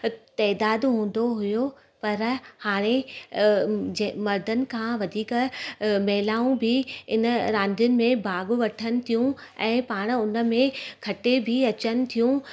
तइदादु हूंदो हुयो पर हाणे मर्दनि खां वधीक महिलाऊं बि इन रांदियुनि में भाॻु वठनि थियूं ऐं पाण उन में खटे बि अचनि थियूं